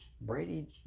Brady